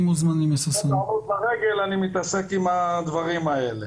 במקום לעלות לרגל אני מתעסק עם הדברים האלה.